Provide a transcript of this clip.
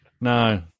No